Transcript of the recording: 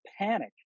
panic